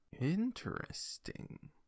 Interesting